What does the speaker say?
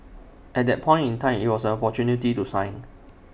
at that point in time IT was an opportunity to shine